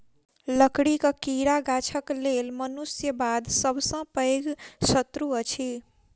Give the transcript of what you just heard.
लकड़ीक कीड़ा गाछक लेल मनुष्य बाद सभ सॅ पैघ शत्रु अछि